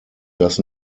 does